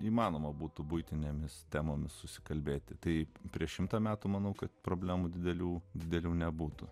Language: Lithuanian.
įmanoma būtų buitinėmis temomis susikalbėti taip prieš šimtą metų manau kad problemų didelių didelių nebūtų